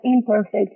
imperfect